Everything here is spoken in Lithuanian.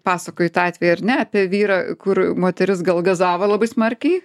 pasakojai tą atvejį ar net vyrą kur moteris gal gazavo labai smarkiai